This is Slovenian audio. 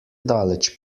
daleč